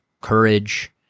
courage